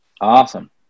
awesome